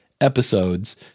Episodes